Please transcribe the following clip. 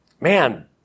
Man